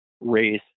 race